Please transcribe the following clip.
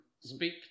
speak